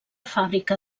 fàbrica